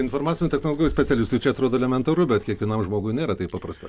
informacinių technologijų specialistui čia atrodo elementaru bet kiekvienam žmogui nėra taip paprasta